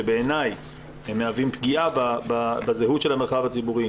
שבעיניי הם מהווים פגיעה בזהות של המרחב הציבורי,